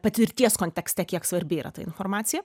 patirties kontekste kiek svarbi yra ta informacija